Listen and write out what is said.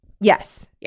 Yes